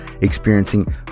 experiencing